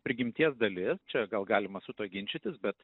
prigimties dalis čia gal galima su tuo ginčytis bet